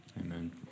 Amen